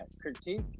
critique